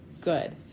good